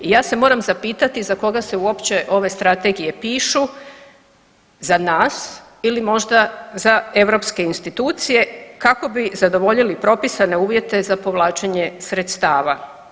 I ja se moram zapitati za koga se uopće ove strategije pišu, za nas ili možda za europske institucije kako bi zadovoljili propisane uvjete za povlačenje sredstava.